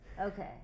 okay